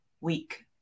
week